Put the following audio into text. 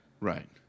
Right